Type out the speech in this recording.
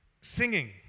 singing